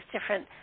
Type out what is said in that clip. different